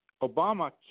Obama